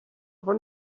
aber